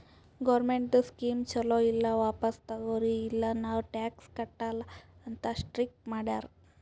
ಗೌರ್ಮೆಂಟ್ದು ಸ್ಕೀಮ್ ಛಲೋ ಇಲ್ಲ ವಾಪಿಸ್ ತಗೊರಿ ಇಲ್ಲ ನಾವ್ ಟ್ಯಾಕ್ಸ್ ಕಟ್ಟಲ ಅಂತ್ ಸ್ಟ್ರೀಕ್ ಮಾಡ್ಯಾರ್